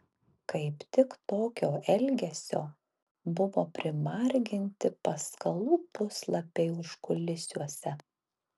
kaip tik tokio elgesio buvo primarginti paskalų puslapiai užkulisiuose